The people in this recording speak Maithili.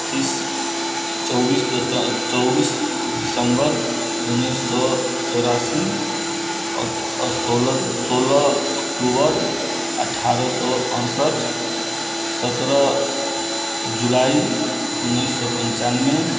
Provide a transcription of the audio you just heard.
पचीस चौबिस चौबिस दिसम्बर उनैस सओ चौरासी आओर सोलह सोलह अक्टूबर अठारह सओ अड़सठि सतरह जुलाइ उनैस सौ पनचानबे